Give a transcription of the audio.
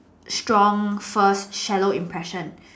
strong first shallow impression